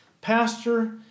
pastor